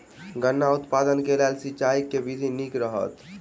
गन्ना उत्पादन केँ लेल सिंचाईक केँ विधि नीक रहत?